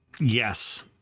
Yes